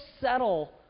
settle